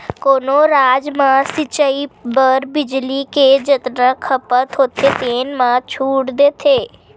कोनो राज म सिचई बर बिजली के जतना खपत होथे तेन म छूट देथे